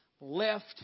left